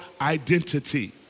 identity